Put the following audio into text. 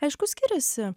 aišku skiriasi